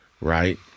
Right